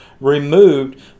removed